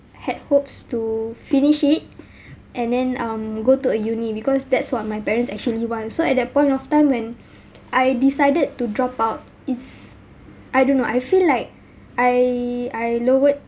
had hopes to finish it and then um go to a uni because that's what my parents actually want so at that point of time when I decided to drop out it's I don't know I feel like I I lowered